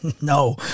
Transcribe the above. No